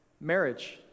Marriage